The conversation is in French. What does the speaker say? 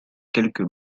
quelques